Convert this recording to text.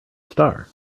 star